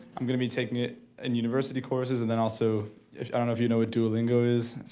i'm gonna be taking it in university courses and then also i don't know if you know what dualingo is,